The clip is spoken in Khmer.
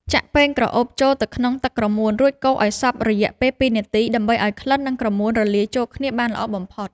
ចាក់ប្រេងក្រអូបចូលទៅក្នុងទឹកក្រមួន រួចកូរវាឱ្យសព្វរយៈពេល ២ នាទី ដើម្បីឱ្យក្លិន និងក្រមួនរលាយចូលគ្នាបានល្អបំផុត។